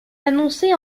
annoncée